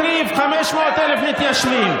מקריב 500,000 מתיישבים,